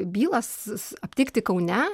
bylas s aptikti kaune